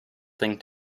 thing